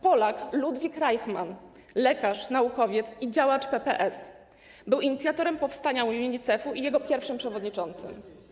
Polak Ludwik Rajchman, lekarz, naukowiec i działacz PPS, był inicjatorem powstania UNICEF-u i jego pierwszym przewodniczącym.